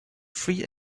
free